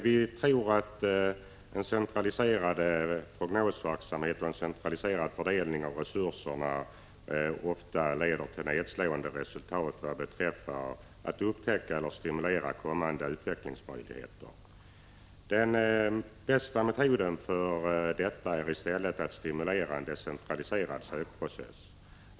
Vi tror att en centraliserad prognosverksamhet och en centraliserad fördelning av resurserna ofta leder till nedslående resultat när det gäller att upptäcka utvecklingsmöjligheter eller att stimulera framtida sådana. Den bästa metoden i detta avseende är i stället att stimulera en decentraliserad sökprocess.